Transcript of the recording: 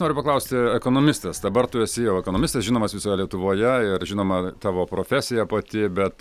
noriu paklausti ekonomistas dabar tu esi jau ekonomistas žinomas visoje lietuvoje ir žinoma tavo profesija pati bet